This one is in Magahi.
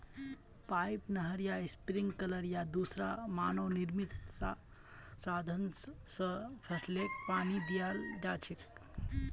पाइप, नहर, स्प्रिंकलर या दूसरा मानव निर्मित साधन स फसलके पानी दियाल जा छेक